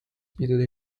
pidada